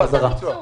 לדחות את הביצוע.